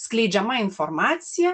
skleidžiama informacija